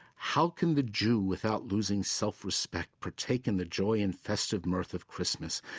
how can the jew, without losing self-respect, partake in the joy and festive mirth of christmas?